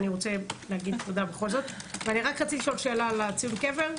אני רוצה לשאול שאלה על ציון הקבר.